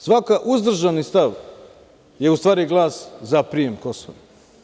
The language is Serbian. Svaki uzdržani stav je u stvari glas za prijem Kosova.